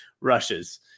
rushes